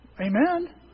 Amen